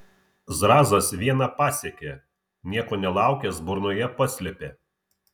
zrazas vieną pasiekė nieko nelaukęs burnoje paslėpė